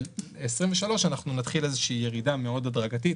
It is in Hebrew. ב-2023 אנחנו נתחיל איזושהי ירידה מאוד הדרגתית,